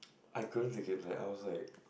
I couldn't take it like I was like